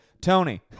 Tony